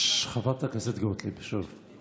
חברת הכנסת גוטליב, שוב.